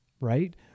right